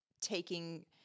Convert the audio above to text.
taking –